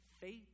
Faith